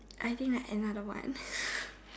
I think I another one